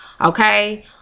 Okay